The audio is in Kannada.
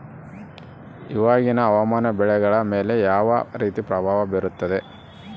ಇವಾಗಿನ ಹವಾಮಾನ ಬೆಳೆಗಳ ಮೇಲೆ ಯಾವ ರೇತಿ ಪ್ರಭಾವ ಬೇರುತ್ತದೆ?